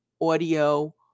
audio